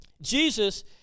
Jesus